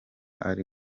ari